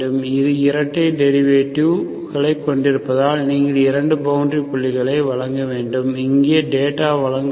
இது இரட்டை டெரிவேடிவ் களைக் கொண்டிருப்பதால் நீங்கள் இரண்டு பவுண்டரி புள்ளிகளை வழங்க வேண்டும் நீங்கள் இங்கே டேட்டாவை வழங்க வேண்டும்